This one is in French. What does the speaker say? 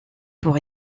pour